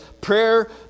Prayer